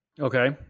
Okay